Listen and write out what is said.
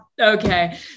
Okay